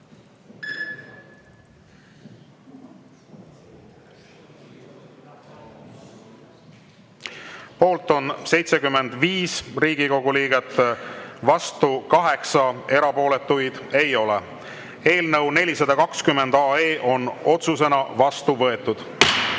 Poolt on 75 Riigikogu liiget, vastu 8, erapooletuid ei ole. Eelnõu 420 on avaldusena vastu võetud.